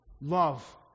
Love